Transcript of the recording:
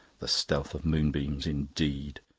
the stealth of moonbeams, indeed!